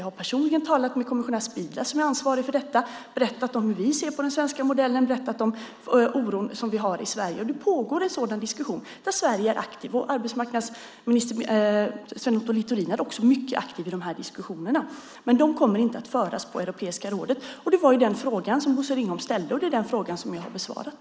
Jag har personligen talat med kommissionär Spidla som är ansvarig för detta och berättat hur vi ser på den svenska modellen. Jag har berättat om den oro som vi har i Sverige. Det pågår en sådan diskussion där Sverige är aktivt. Arbetsmarknadsminister Sven Otto Littorin är också mycket aktiv i de här diskussionerna, men de kommer inte att föras på Europeiska rådet. Det var den fråga som Bosse Ringholm ställde, och det är den fråga som jag har besvarat.